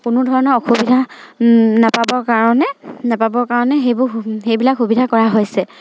কোনো ধৰণৰ অসুবিধা নেপাবৰ কাৰণে নেপাবৰ কাৰণে সেইবোৰ সেইবিলাক সুবিধা কৰা হৈছে